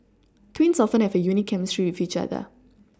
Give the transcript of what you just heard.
twins often have a unique chemistry with each other